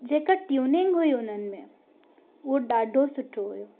जेका ट्यूनिंग हुई उन्हनि में उहो ॾाढो सुठो हुओ